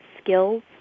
skills